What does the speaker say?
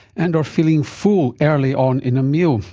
and or feeling full early on in a meal,